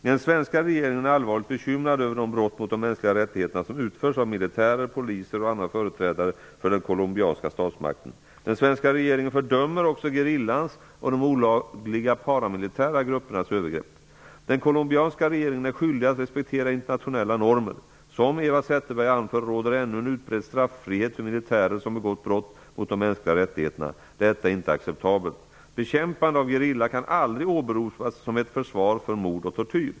Den svenska regeringen är allvarligt bekymrad över de brott mot de mänskliga rättigheterna som utförs av militärer, poliser och andra företrädare för den colombianska statsmakten. Den svenska regeringen fördömer också gerillans och de olagliga paramilitära gruppernas övergrepp. Den colombianska regeringen är skyldig att respektera internationella normer. Som Eva Zetterberg anför råder ännu en utbredd straffrihet för militärer som begått brott mot de mänskliga rättigheterna. Detta är inte acceptabelt. Bekämpande av gerilla kan aldrig åberopas som ett försvar för mord och tortyr.